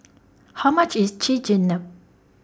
How much IS Chigenabe